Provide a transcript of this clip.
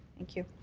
thank you.